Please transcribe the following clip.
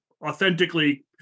authentically